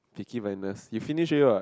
Peaky-Blinders you finished already what